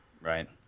Right